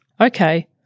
Okay